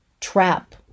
trap